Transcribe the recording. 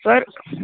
sir